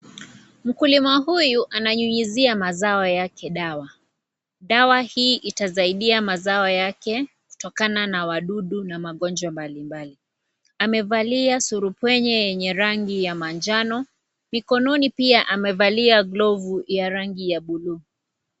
Mkulima huyu ananyuzia mazao yake dawa, dawa hii itasaidia mazao yake kutoka na wadudu na magonjwa mbalimbali. Amevalia surupwenye yenye rangi ya manjano mikononi pia amevalia glovu ya rangi ya bluu.